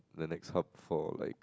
the next hub for like